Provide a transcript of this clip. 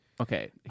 Okay